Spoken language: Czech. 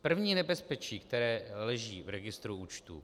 První nebezpečí, které leží v registru účtů.